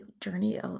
journey